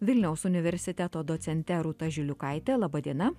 vilniaus universiteto docente rūta žiliukaitė laba diena